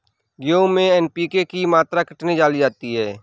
गेहूँ में एन.पी.के की मात्रा कितनी डाली जाती है?